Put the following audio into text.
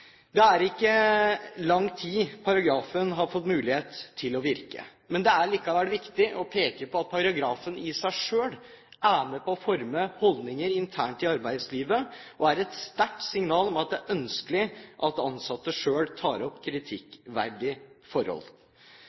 Det er ikke lang tid paragrafen har fått mulighet til å virke. Men det er likevel viktig å peke på at paragrafen i seg selv er med på å forme holdninger internt i arbeidslivet, og er et sterkt signal om at det er ønskelig at ansatte selv tar opp kritikkverdige forhold.